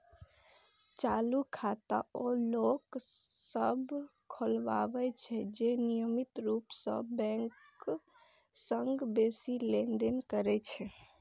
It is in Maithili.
चालू खाता ओ लोक सभ खोलबै छै, जे नियमित रूप सं बैंकक संग बेसी लेनदेन करै छै